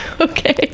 Okay